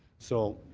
so